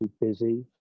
busy